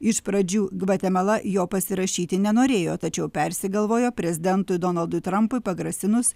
iš pradžių gvatemala jo pasirašyti nenorėjo tačiau persigalvojo prezidentui donaldui trampui pagrasinus